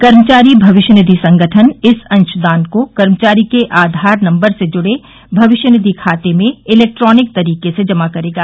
कर्मचारी भविष्य निधि संगठन इस अंशदान को कर्मचारी के आधार नम्बर से जुडे भविष्य निधि खाते में इलेक्ट्रोनिक तरीके से जमा करेगा